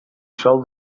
sol